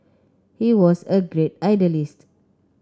he was a great idealist